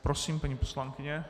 Prosím, paní poslankyně.